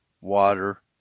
water